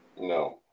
No